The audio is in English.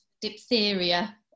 diphtheria